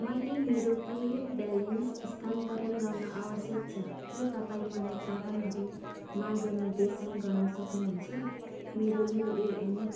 मैले मेरो PF balance स्थानतरण गर्न आवश्यक छ के तपाईँ मलाई चरणहरू मार्ग निर्देशन गर्न सक्नुहुन्छ मेरो युएएन